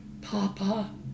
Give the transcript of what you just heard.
Papa